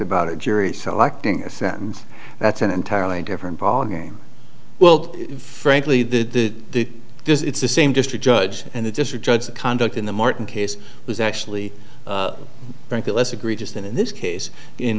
about a jury selecting a sentence that's an entirely different ballgame well frankly the does it's the same district judge and the district judge the conduct in the martin case was actually frankly less egregious than in this case in